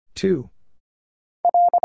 two